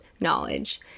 knowledge